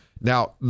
Now